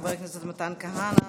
חבר הכנסת מתן כהנא,